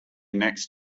next